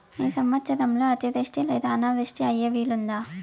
ఈ సంవత్సరంలో అతివృష్టి లేదా అనావృష్టి అయ్యే వీలుందా?